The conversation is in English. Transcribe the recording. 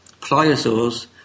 pliosaurs